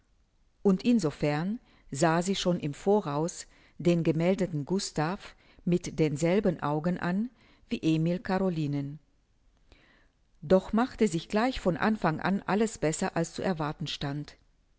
und in so fern sah sie schon im voraus den gemeldeten gustav mit denselben augen an wie emil carolinen doch machte sich gleich von anfang alles besser als zu erwarten stand